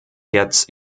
jetzt